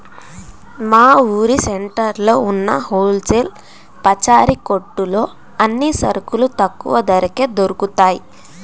మా ఊరు సెంటర్లో ఉన్న హోల్ సేల్ పచారీ కొట్టులో అన్ని సరుకులు తక్కువ ధరకే దొరుకుతయ్